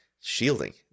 shielding